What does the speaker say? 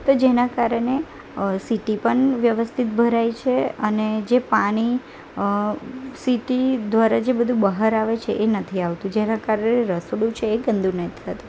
તો જેના કારણે સિટી પણ વ્યવસ્થિત ભરાય છે અને જે પાણી સિટી દ્વારા જે બધું બહાર આવે છે એ નથી આવતું જેના કારણે રસોડું છે એ ગંદુ નથી થતું